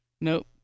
Nope